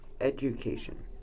Education